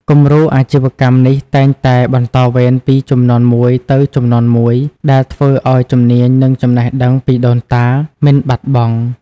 គំរូអាជីវកម្មនេះតែងតែ បន្តវេនពីជំនាន់មួយទៅជំនាន់មួយ ដែលធ្វើឱ្យជំនាញ និងចំណេះដឹងពីដូនតាមិនបាត់បង់។